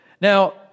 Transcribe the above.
Now